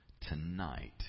tonight